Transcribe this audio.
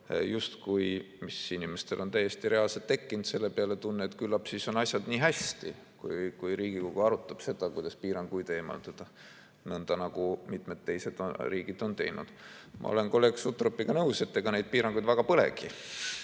peale on inimestel täiesti reaalselt tekkinud tunne, et küllap siis on asjad nii hästi, kui Riigikogu arutab seda, kuidas piiranguid eemaldada, nõnda nagu mitmed teised riigid on teinud. Ma olen kolleeg Sutropiga nõus, et ega neid piiranguid polegi,